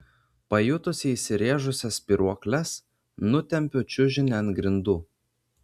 pajutusi įsirėžusias spyruokles nutempiu čiužinį ant grindų